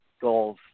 goals